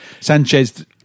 Sanchez